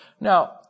Now